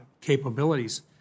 capabilities